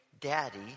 Daddy